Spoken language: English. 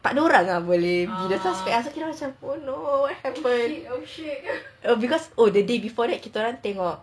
tak ada orang ah boleh suspect[oh] no what happen oh because the day before kita orang tengok